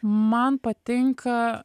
man patinka